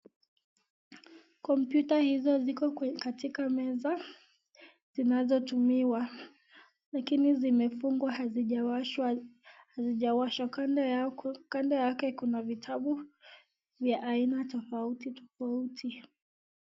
Kompyuta hizo ziko katika meza zinazotumiwa, lakini zimefungwa hazijawashwa, kando yake kuna vitabu vya aina tofauti tofauti.